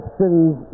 cities